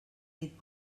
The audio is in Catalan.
dit